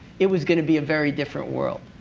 it was going to be a very different world.